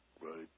right